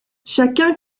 chacun